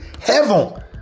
heaven